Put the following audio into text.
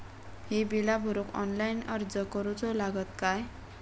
ही बीला भरूक ऑनलाइन अर्ज करूचो लागत काय?